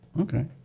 Okay